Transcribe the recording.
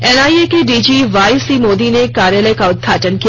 NIA के DG Y C Modi ने कार्यालय का उदघाटन किया